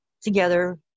together